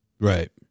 Right